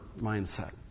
mindset